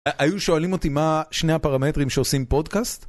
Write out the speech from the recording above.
היו שואלים אותי מה שני הפרמטרים שעושים פודקאסט?